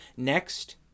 Next